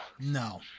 No